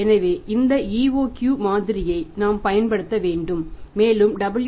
எனவே இந்த EOQ மாதிரியை நாம் பயன்படுத்த வேண்டும் மேலும் W